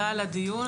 הדיון.